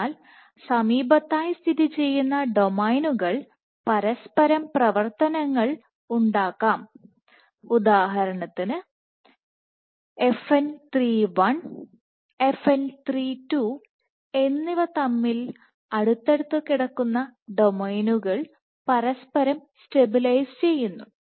അതിനാൽ സമീപത്തായി സ്ഥിതി ചെയ്യുന്ന ഡൊമെയ്നുകൾ പരസ്പരം പ്രവർത്തനങ്ങൾ ഉണ്ടാവാം ഉദാഹരണത്തിന് 1 2 എന്നിവ തമ്മിൽ അതിനാൽ അടുത്തടുത്ത് കിടക്കുന്ന ഡൊമെയ്നുകൾ പരസ്പരം സ്റ്റെബിലൈസ് ചെയ്യുന്നു